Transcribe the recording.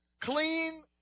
clean